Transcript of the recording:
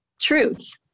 Truth